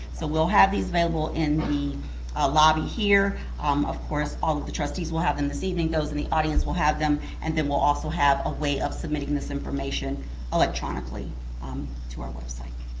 so we'll have these available in the ah lobby here. um of course, all of the trustees will have them this evening, those in the audience will have them, and then we'll also have a way of submitting this information electronically um to our website.